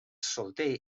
solter